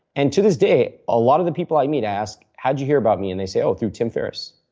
and to this day a lot of the people i meet i ask, how did you hear about me? and they say, oh, through tim ferriss.